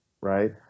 right